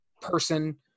person